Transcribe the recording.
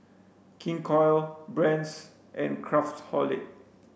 King Koil Brand's and Craftholic